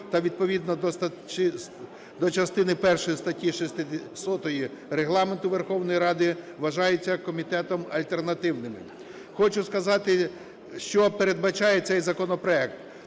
та, відповідно до частини першої статті 100 Регламенту Верховної Ради, вважаються комітетом альтернативними. Хочу сказати, що передбачає цей законопроект: